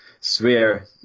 swear